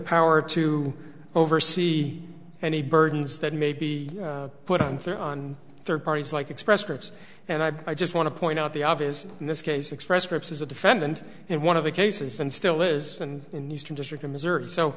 power to over see any burdens that may be put on third parties like express scripts and i just want to point out the obvious in this case express scripts as a defendant and one of the cases and still is in the eastern district of missouri so